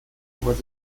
was